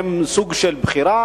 הם סוג של בחירה,